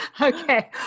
Okay